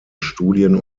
studien